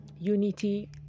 unity